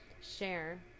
share